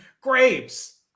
Grapes